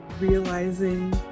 realizing